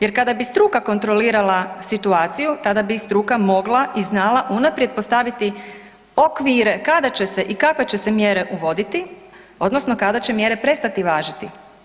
Jer kada bi struka kontrolirala situaciju, tada bi i struka mogla i znala unaprijed postaviti okvire kada će se i kakve će se mjere uvoditi, odnosno kada će mjere prestati važiti.